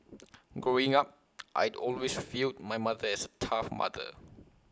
growing up I'd always viewed my mother as A tough mother